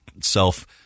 self